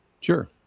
Sure